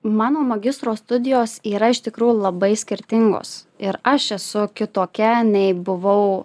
mano magistro studijos yra iš tikrųjų labai skirtingos ir aš esu kitokia nei buvau